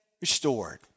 restored